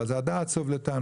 אבל זה הדעת סובלתן.